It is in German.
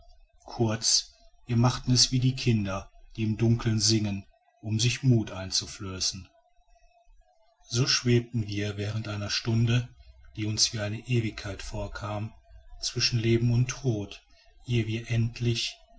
kurz wir machten es wie die kinder die im dunkeln singen um sich muth einzuflößen so schwebten wir während einer stunde die uns wie eine ewigkeit vorkam zwischen leben und tod ehe wir endlich